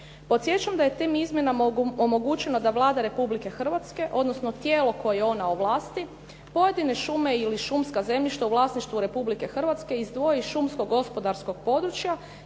Podsjećam da je tim izmjenama omogućeno da Vlada Republike Hrvatske odnosno tijelo koje ona ovlasti pojedine šume ili šumska zemljišta u vlasništvu Republike Hrvatske izdvoji iz šumskog gospodarskog područja